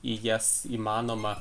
į jas įmanoma